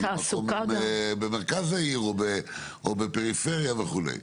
אם זה במרכז העיר או בפריפריה וכו'.